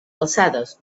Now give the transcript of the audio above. alçades